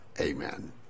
amen